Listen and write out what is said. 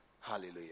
Hallelujah